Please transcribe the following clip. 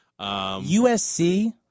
USC